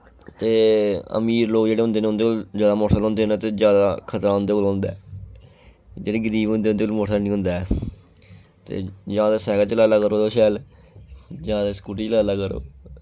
ते अमीर लोक जेह्ड़े होंदे न उं'दे कोल ज्यादा मोटरसैकल होंदे न ते ज्यादा खतरा उं'दे कोल होंदा ऐ जेह्ड़ी गरीब होंदे उं'दे कोल मोटरसैकल नि होंदा ऐ ते यां ते सैकल चला लै करो ते शैल जां ते स्कूटी चला लै करो